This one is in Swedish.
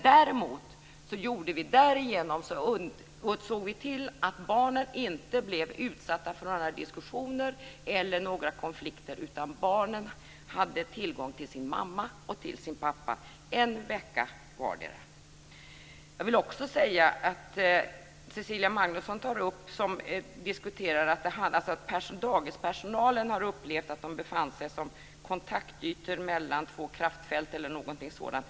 Däremot såg vi till att barnen därigenom inte blev utsatta för några diskussioner eller några konflikter, utan barnen hade tillgång till sin mamma och till sin pappa en vecka vardera. Cecilia Magnusson tar upp att dagispersonalen har upplevt att de har befunnit sig som kontaktytor mellan två kraftfält, eller något sådant.